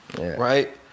right